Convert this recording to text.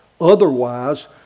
Otherwise